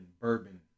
bourbon